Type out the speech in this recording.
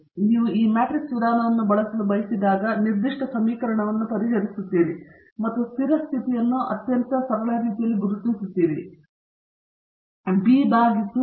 ಆದ್ದರಿಂದ ನಾವು ಈ ಮ್ಯಾಟ್ರಿಕ್ಸ್ ವಿಧಾನವನ್ನು ಬಳಸಲು ಬಯಸಿದಾಗ ನಾವು ಈ ನಿರ್ದಿಷ್ಟ ಸಮೀಕರಣವನ್ನು ಪರಿಹರಿಸುತ್ತೇವೆ ಮತ್ತು ಸ್ಥಿರ ಸ್ಥಿತಿಯನ್ನು ನಾವು ಅತ್ಯಂತ ಸರಳ ರೀತಿಯಲ್ಲಿ ಗುರುತಿಸುತ್ತೇವೆ ಬಿ ಅರ್ಧ ವಿ